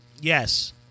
Yes